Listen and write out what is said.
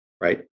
right